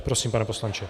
Prosím, pane poslanče.